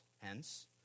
Hence